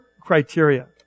criteria